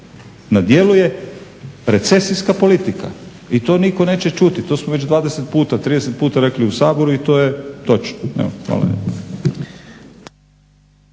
Na djelu je recesijska politika i to nitko neće čuti. To smo već 20 puta, 30 puta rekli u Saboru i to je točno